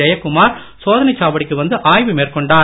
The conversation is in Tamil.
ஜெயக்குமார் சோதனைச் சாவடிக்கு வந்து ஆய்வு மேற்கொண்டார்